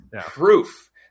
proof